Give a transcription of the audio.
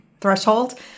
threshold